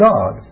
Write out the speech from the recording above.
God